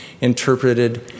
interpreted